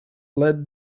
let